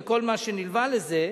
וכל מה שנלווה לזה,